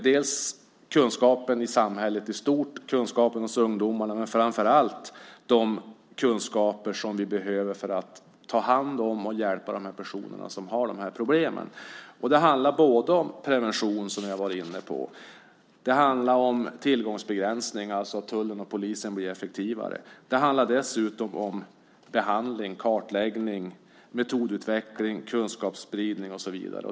Det är fråga om kunskapen i samhället i stort, kunskapen hos ungdomarna men framför allt de kunskaper vi behöver för att ta hand om och hjälpa de personer som har dessa problem. Det handlar om prevention, tillgångsbegränsning, att tullen och polisen blir effektivare, och det handlar dessutom om behandling, kartläggning, metodutveckling, kunskapsspridning och så vidare.